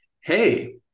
Hey